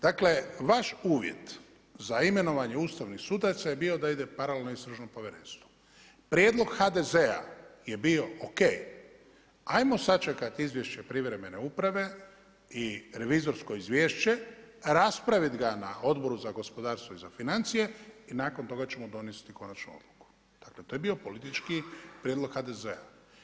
Dakle vaš uvjet za imenovanje ustavnih sudaca je da ide paralelno istražno povjerenstvo, prijedlog HDZ-a je bio o.k. ajmo sačekat izvješće privremene uprave i revizorsko izvješće, raspravit ga na Odboru za gospodarstvo i za financije i nakon toga ćemo donesti konačnu odluku, dakle to je bio politički prijedlog HDZ-a.